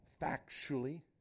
factually